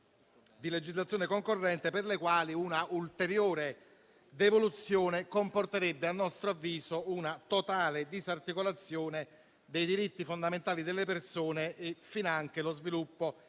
di legislazione concorrente, per le quali una ulteriore devoluzione comporterebbe - a nostro avviso - una totale disarticolazione dei diritti fondamentali delle persone e finanche lo sviluppo